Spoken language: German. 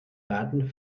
baden